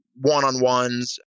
one-on-ones